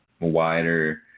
wider